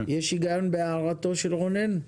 יש היגיון בהערתו של רונן?